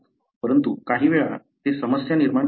परंतु काही वेळा ते समस्या निर्माण करू शकते